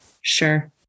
Sure